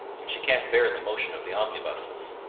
and she can't bear the motion of the omnibuses.